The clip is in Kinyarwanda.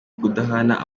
kudahana